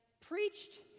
preached